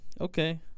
okay